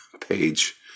page